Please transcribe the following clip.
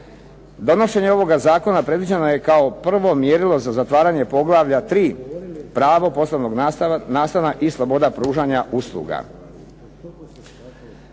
Donošenje ovoga zakona predviđeno je kao prvo mjerilo za zatvaranje poglavlja 3. – Pravo poslovnog nastana i sloboda pružanja usluga.